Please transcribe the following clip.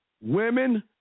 Women